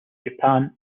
japan